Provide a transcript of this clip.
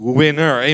winner